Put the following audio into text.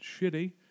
shitty